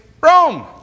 Rome